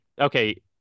okay